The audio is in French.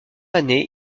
année